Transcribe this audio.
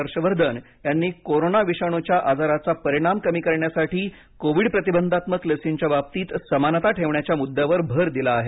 हर्षवर्धन यांनी कोरोना विषाणूच्या आजाराचा परिणाम कमी करण्यासाठी कोविड प्रतिबंधात्मक लसींच्या बाबतीत समानता ठेवण्याच्या मुद्द्यावर भर दिला आहे